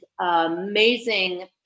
amazing